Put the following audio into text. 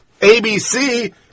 ABC